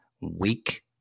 week